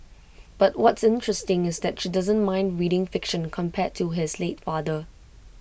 but what's interesting is that she doesn't mind reading fiction compared to his late father